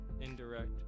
indirect